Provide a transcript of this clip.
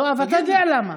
יואב, אתה יודע למה.